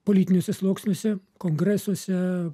politiniuose sluoksniuose kongresuose